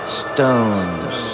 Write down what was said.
stones